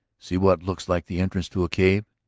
see what looks like the entrance to a cave?